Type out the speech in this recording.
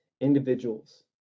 individuals